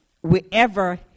wherever